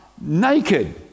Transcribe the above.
naked